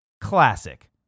Classic